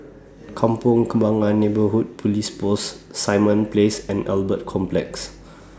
Kampong Kembangan Neighbourhood Police Post Simon Place and Albert Complex